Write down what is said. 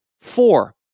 Four